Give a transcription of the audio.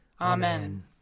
Amen